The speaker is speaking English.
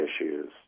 issues